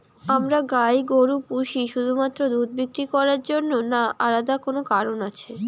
আমরা গাই গরু পুষি শুধুমাত্র দুধ বিক্রি করার জন্য না আলাদা কোনো কারণ আছে?